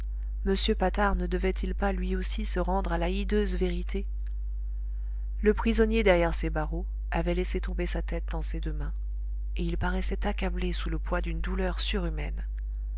m patard ne devait-il pas lui aussi se rendre à la hideuse vérité le prisonnier derrière ses barreaux avait laissé tomber sa tête dans ses deux mains et il paraissait accablé sous le poids d'une douleur surhumaine